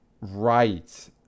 Right